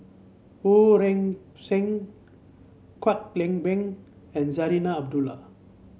Wu Ling Seng Kwek Leng Beng and Zarinah Abdullah